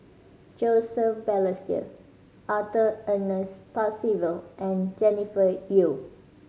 Joseph Balestier Arthur Ernest Percival and Jennifer Yeo